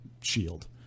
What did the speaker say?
shield